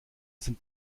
sind